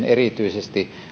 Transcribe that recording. erityisesti